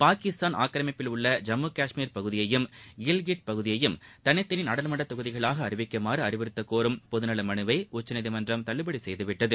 பாகிஸ்தான் ஆக்கிரமிப்பிலுள்ள ஜம்மு காஷ்மீர் பகுதியையும் கில்கிட் பகுதியையும் தனித்தனி நாடாளுமன்ற தொகுதிகளாக அறிவிக்குமாறு அறிவுறத்தக்கோரும் பொது நல மனுவை உச்சநீதிமன்றம் தள்ளுபடி செய்துவிட்டது